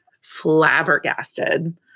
flabbergasted